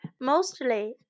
Mostly